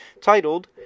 titled